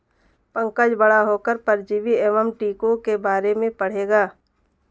पंकज बड़ा होकर परजीवी एवं टीकों के बारे में पढ़ेगा